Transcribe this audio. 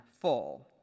full